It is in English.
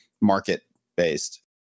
market-based